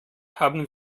haben